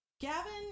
Gavin